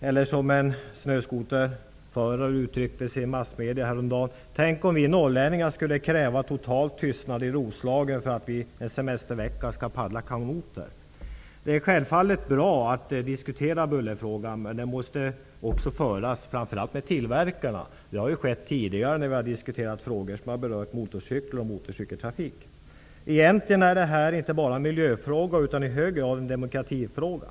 Eller som en snöskoterförare uttryckte sig i massmedierna häromdagen: Tänk om vi norrlänningarna skulle kräva total tystnad i Roslagen för att vi en semestervecka skall paddla kanot där. Det är självfallet bra att diskutera bullerfrågan, och det måste också ske med tillverkarna. Det har skett tidigare när vi har diskuterat frågor som har berört motorcyklar och motorcykeltrafik. Egentligen är detta inte bara en miljöfråga utan i hög grad även en demokratifråga.